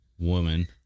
Woman